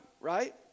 right